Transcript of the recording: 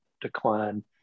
decline